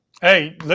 Hey